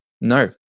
No